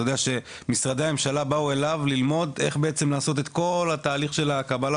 אתה יודע שמשרדי הממשלה באו אליו ללמוד איך לעשות את כל תהליך הקבלה,